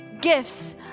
gifts